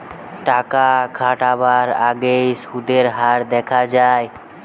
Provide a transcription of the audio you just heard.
টাকা খাটাবার আগেই সুদের হার দেখা যায়